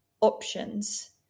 options